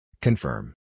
Confirm